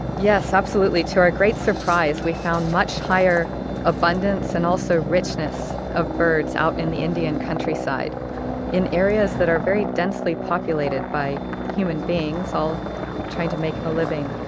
yes, absolutely. to our great surprise we found much higher abundance and also richness of birds out in the indian countryside in areas that are very densely populated by human beings, all trying to make a living.